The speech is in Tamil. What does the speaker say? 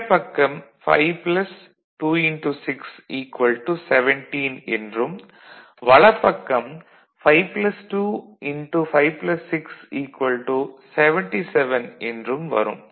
இடப்பக்கம் 5 17 என்றும் வலப்பக்கம் 5 2 x 5 6 77 என்றும் வரும்